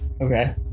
Okay